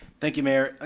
thank you mayor. ah